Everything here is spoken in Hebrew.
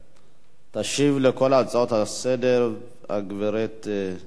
תשיב לכל ההצעות לסדר-היום הגברת חברת